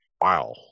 Wow